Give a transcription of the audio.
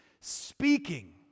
Speaking